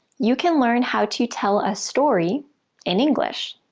you can learn how to tell a story in english.